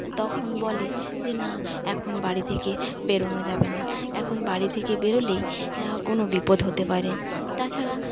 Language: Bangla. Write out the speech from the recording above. তখন বলে যে না এখন বাড়ি থেকে বেরোনো যাবে না এখন বাড়ি থেকে বেরোলেই কোন বিপদ হতে পারে তাছাড়া